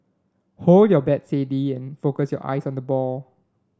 hold your bat steady and focus your eyes on the ball